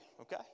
okay